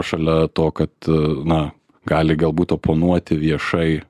šalia to kad na gali galbūt oponuoti viešai